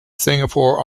singapore